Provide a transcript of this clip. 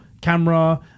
camera